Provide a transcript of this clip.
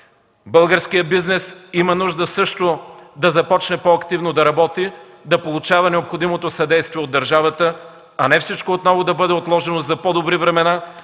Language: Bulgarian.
Българският бизнес има нужда също да започне по-активно да работи, да получава необходимото съдействие от държавата, а не всичко отново да бъде отложено за по-добри времена,